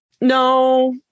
No